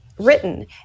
Written